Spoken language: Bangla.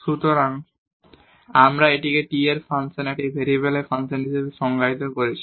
সুতরাং আমরা এটিকে t এর ফাংশন একটি ভেরিয়েবলের ফাংশন হিসাবে সংজ্ঞায়িত করেছি